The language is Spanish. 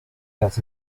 las